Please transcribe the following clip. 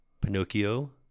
Pinocchio